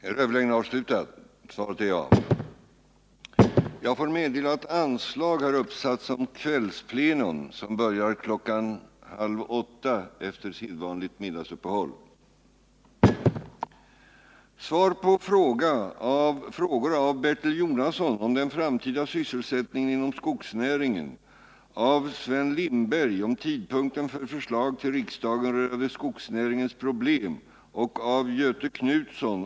Sysselsättningsläget i Värmland har länge varit besvärligt. Detta har lett till en omfattande oro bland människorna när det gällt att behålla jobben. Inte minst har lönsamhetsutvecklingen på skogssidan utgjort ett allvarligt orosmoment i detta sammanhang. Det finns nu rykten om att Uddeholm Billerud avser att varsla 2000 människor om avsked. Samhället måste självfallet utnyttja till buds stående medel för att förhindra detta. Bl. a. kan 89 statsmakterna agera i samband med utbetalningen av det s.k. Uddeholmslånet.